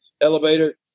elevator